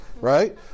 right